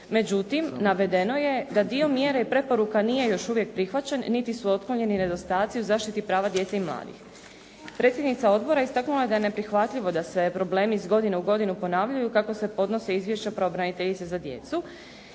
Međutim, navedeno je da dio mjere i preporuka nije još uvijek prihvaćen niti su otklonjeni nedostaci u zaštiti prava djece i mladih. Predsjednica odbora istaknula je da je neprihvatljivo da se problemi iz godine u godinu ponavljaju kako se podnose izvješća pravobraniteljice za djecu